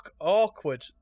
awkward